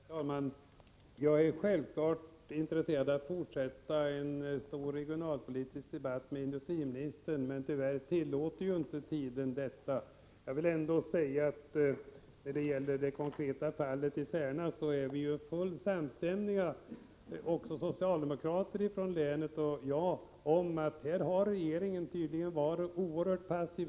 Herr talman! Jag är självfallet intresserad av att fortsätta att föra en stor regionalpolitisk debatt med industriministern. Tyvärr tillåter inte taletiden det. Jag vill ändå säga att vi — socialdemokraterna i länet och jag — är fullt samstämmiga när det gäller det konkreta fallet i Särna. Här har regeringen tydligen varit oerhört passiv.